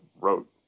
wrote